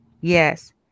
Yes